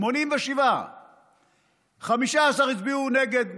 87. 15 הצביעו נגד,